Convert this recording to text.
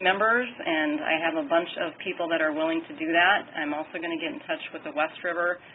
members and i have a bunch of people that are willing to do that. i'm also going to get in touch with the west river.